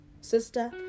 sister